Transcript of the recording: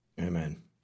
Amen